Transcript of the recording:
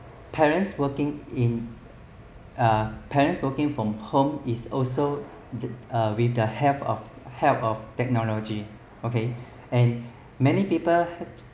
parents working in uh parents working from home is also the uh with the help of help of technology okay and many people many people